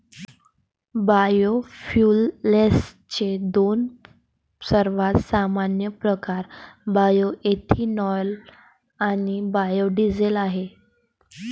बायोफ्युएल्सचे दोन सर्वात सामान्य प्रकार बायोएथेनॉल आणि बायो डीझेल आहेत